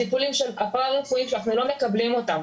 הטיפולים הפרא-רפואיים שאנחנו לא מקבלים אותם